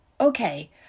okay